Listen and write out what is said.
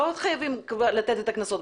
לא חייבים לתת את הקנסות,